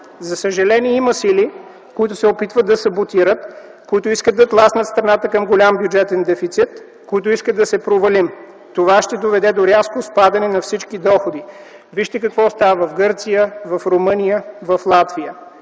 За съжаление, има сили, които се опитват да саботират, които искат да тласнат страната към голям бюджетен дефицит, които искат да се провалим. Това ще доведе до рязко спадане на всички доходи. Вижте какво става в Гърция, в Румъния, в Латвия.